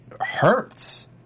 hurts